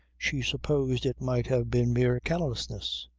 she supposed it might have been mere callousness.